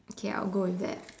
okay I'll go with that